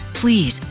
please